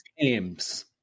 games